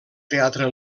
teatre